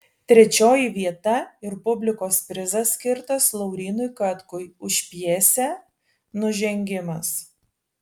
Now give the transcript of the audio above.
trečioji vieta ir publikos prizas skirtas laurynui katkui už pjesę nužengimas